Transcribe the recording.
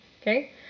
Okay